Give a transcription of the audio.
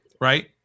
right